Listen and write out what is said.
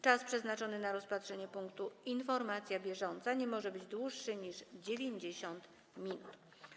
Czas przeznaczony na rozpatrzenie punktu: Informacja bieżąca nie może być dłuższy niż 90 minut.